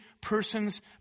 person's